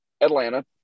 Atlanta